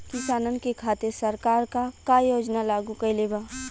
किसानन के खातिर सरकार का का योजना लागू कईले बा?